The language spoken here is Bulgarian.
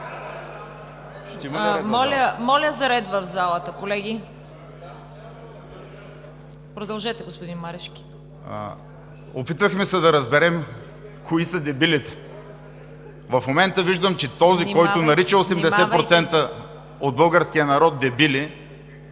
Моля за ред в залата, колеги. Продължете, господин Марешки. ВЕСЕЛИН МАРЕШКИ: Опитвахме се да разберем кои са дебилите. В момента виждам, че този, който нарича 80% от българския народ „дебили“,